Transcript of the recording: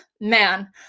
man